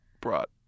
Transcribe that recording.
brought